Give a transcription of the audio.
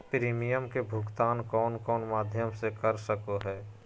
Premium के भुक्तान कौन कौन माध्यम से कर सको है?